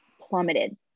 plummeted